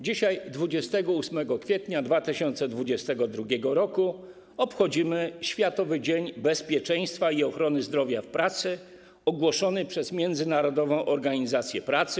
Dzisiaj 28 kwietnia 2022 r. obchodzimy Światowy Dzień Bezpieczeństwa i Ochrony Zdrowia w Pracy ogłoszony przez Międzynarodową Organizację Pracy.